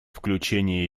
включение